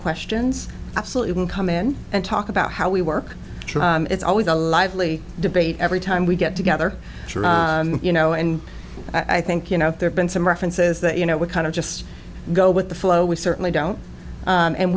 questions absolutely will come in and talk about how we work it's always a lively debate every time we get together you know and i think you know there's been some references that you know we kind of just go with the flow we certainly don't